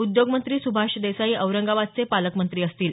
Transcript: उद्योग मंत्री सुभाष देसाई औरंगाबादचे पालकमंत्री असतील